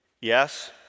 Yes